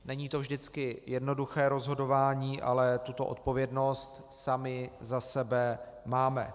Není to vždycky jednoduché rozhodování, ale tuto odpovědnost sami za sebe máme.